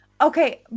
Okay